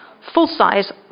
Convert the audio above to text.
full-size